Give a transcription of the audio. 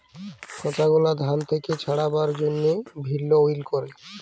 খসা গুলা ধান থেক্যে ছাড়াবার জন্হে ভিন্নউইং ক্যরে